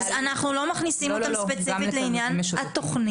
אנחנו לא מכניסים כאן ספציפית לעניין התוכנית.